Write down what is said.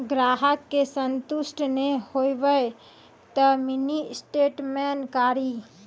ग्राहक के संतुष्ट ने होयब ते मिनि स्टेटमेन कारी?